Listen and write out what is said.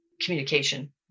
communication